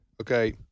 Okay